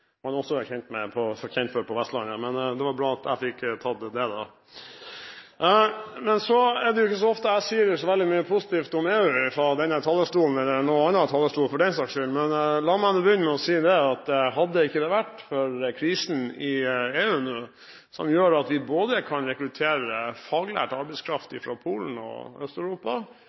Han nevnte ikke i samme slengen den åpenbart kulturelt betingede – og sunne, må jeg si – skepsisen mot sentralmakten og det å betale skatt, som man også er kjent for på Vestlandet. Det er bra at jeg fikk tatt opp det. Det er ikke så ofte jeg sier så veldig mye positivt om EU fra denne talerstolen – eller fra noen annen talerstol, for den saks skyld. La meg begynne med å si: Hadde det ikke vært for krisen i EU nå, som gjør at vi kan rekruttere